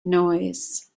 noise